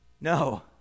No